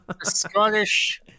Scottish